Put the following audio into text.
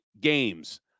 games